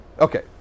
Okay